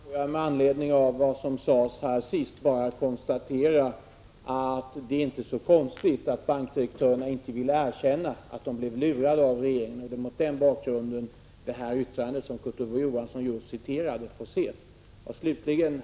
Herr talman! Får jag med anledning av vad som sades sist bara konstatera att det inte är så konstigt att bankdirektörerna inte ville erkänna att de blev lurade av regeringen. Det är mot den bakgrunden det yttrande som Kurt Ove Johansson citerade får ses. Herr talman!